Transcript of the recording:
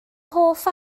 hoff